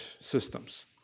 systems